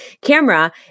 camera